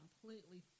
completely